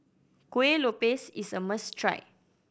Kueh Lopes is a must try